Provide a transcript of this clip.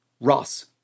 Ross